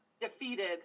defeated